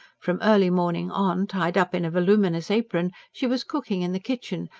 from early morning on, tied up in a voluminous apron, she was cooking in the kitchen,